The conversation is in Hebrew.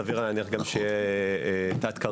סביר להניח שהוא יהיה תת-קרקעי.